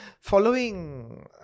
following